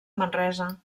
manresa